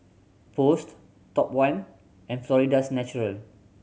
Post Top One and Florida's Natural